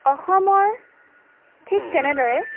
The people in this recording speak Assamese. অসমৰ ঠিক তেনেদৰে